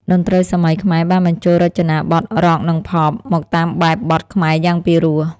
តន្ត្រីសម័យខ្មែរបានបញ្ចូលរចនាបថរ៉ុក និងផប មកតាមបែបបទខ្មែរយ៉ាងពីរោះ។